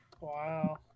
Wow